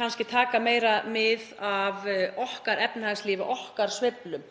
kannski taka meira mið af okkar efnahagslífi og okkar sveiflum.